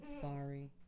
Sorry